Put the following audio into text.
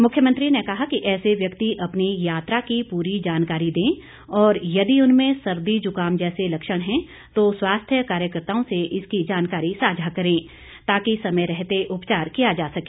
मुख्यमंत्री ने कहा कि ऐसे व्यक्ति अपनी यात्रा की पूरी जानकारी दें और यदि उनमें सर्दी जुकाम जैसे लक्षण हैं तो स्वास्थ्य कार्यकर्ताओं से इसकी जानकारी साझा करें ताकि समय रहते उपचार किया जा सके